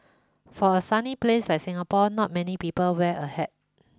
for a sunny place like Singapore not many people wear a hat